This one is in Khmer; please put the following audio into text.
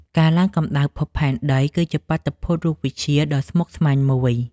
ការឡើងកម្ដៅភពផែនដី គឺជាបាតុភូតរូបវិទ្យាដ៏ស្មុគស្មាញមួយ។